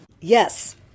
Yes